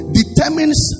determines